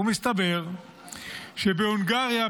ומסתבר שבהונגריה,